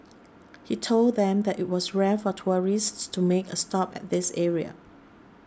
he told them that it was rare for tourists to make a stop at this area